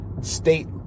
state